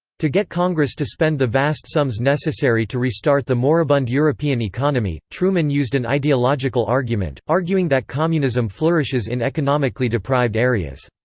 to get congress to spend the vast sums necessary to restart the moribund european economy, truman used an ideological argument, arguing that communism flourishes in economically deprived areas.